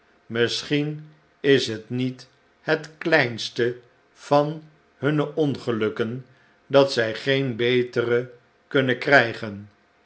misschien is het niet het kleinste van hunne ongelukken dat zij geen betere kunnen krijgen